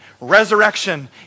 Resurrection